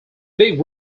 big